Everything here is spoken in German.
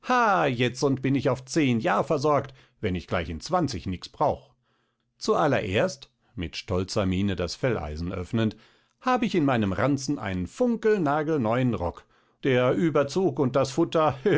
jetzund bin ich auf zehn jahr versorgt wenn ich gleich in zwanzig nix brauch zu allererst mit stolzer miene das felleisen öffnend hab ich in meinem ranzen einen funkelnagelneuen rock der ueberzug und das futter